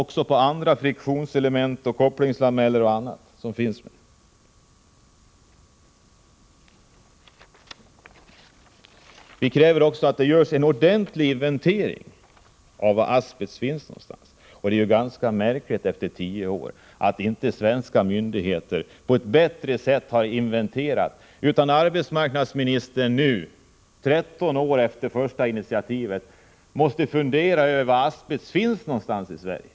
Också andra friktionselement som innehåller asbest, bl.a. kopplingslameller, skall bytas. Vi kräver även att det görs en ordentlig inventering av var asbest finns. Det är ju ganska märkligt att inte svenska myndigheter har inventerat på ett bättre sätt, utan att arbetsmarknadsministern nu, 13 år efter det första initiativet, måste fundera över var asbest finns i Sverige.